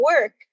work